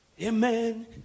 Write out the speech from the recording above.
Amen